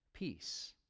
peace